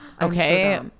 Okay